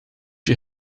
you